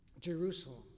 Jerusalem